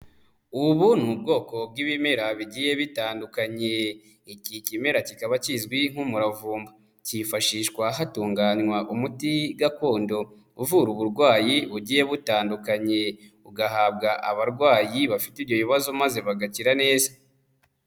Ubu ni ubwoko bw'ibimera bigiye bitandukanye. Iki kimera kikaba kizwi nk'umuravumba. Cyifashishwa hatunganywa umuti gakondo uvura uburwayi bugiye butandukanye, ugahabwa abarwayi bafite ibyo bibazo maze bagakira neza.